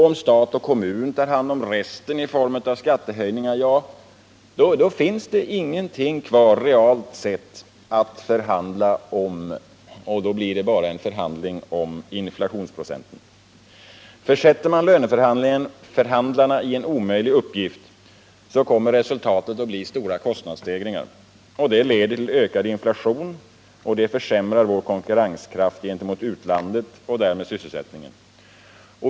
Om stat och kommuner tar hand om resten i form av skattehöjningar — ja, då finns det inget kvar realt sett att förhandla om annat än inflationsprocenten. Försätter man löneförhandlingarna i en sådan situation att de har en omöjlig uppgift, kommer resultatet att bli stora kostnadsstegringar. Detta leder till ökad inflation, och det försämrar vår konkurrenskraft gentemot utlandet och därmed sysselsättningen.